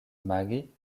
imagi